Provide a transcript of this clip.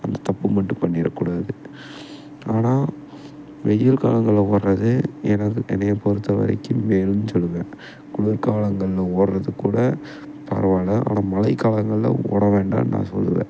அந்த தப்பு மட்டும் பண்ணிடக்கூடாது ஆனால் வெயில் காலங்களில் வர்றது எனது என்னையை பொறுத்தவரைக்கும் வேணுன்னு சொல்லுவேன் குளிர் காலங்களில் ஓடுறது கூட பரவாயில்ல ஆனால் மழைக்காலங்கள்ல ஓட வேண்டாம்னு நான் சொல்லுவேன்